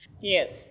Yes